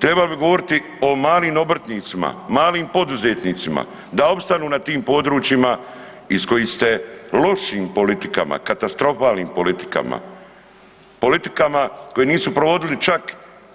Trebalo bi govoriti o malim obrtnicima i malim poduzetnicima da opstanu na tim područjima iz kojih ste lošim politikama, katastrofalnim politikama, politikama koje nisu provodili čak